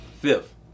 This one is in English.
Fifth